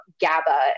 GABA